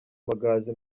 amagaju